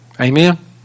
Amen